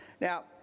Now